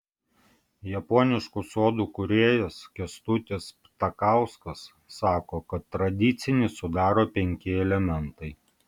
japoniškų sodų kūrėjas kęstutis ptakauskas sako kad tradicinį sudaro penki elementai